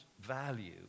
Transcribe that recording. value